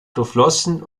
durchflossen